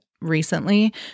recently